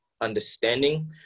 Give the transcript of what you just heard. understanding